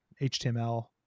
HTML